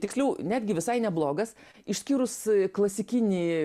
tiksliau netgi visai neblogas išskyrus klasikinį